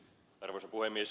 arvoisa puhemies